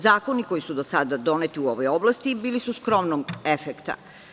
Zakoni koji su do sada doneti u ovoj oblasti bili su skromnog efekta.